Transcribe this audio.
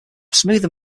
smoother